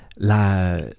La